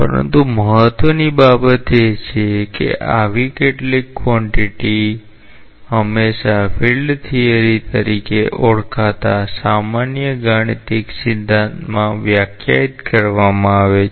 પરંતુ મહત્વની બાબત એ છે કે આવી કેટલીક કોન્ટીટી હંમેશા ફિલ્ડ થિયરી તરીકે ઓળખાતા સામાન્ય ગાણિતિક સિદ્ધાંતમાં વ્યાખ્યાયિત કરવામાં આવે છે